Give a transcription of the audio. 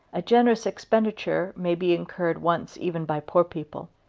a generous expenditure may be incurred once even by poor people,